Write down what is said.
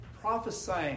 prophesying